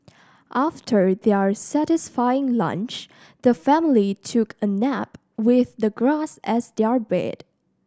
after their satisfying lunch the family took a nap with the grass as their bed